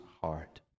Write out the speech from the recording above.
heart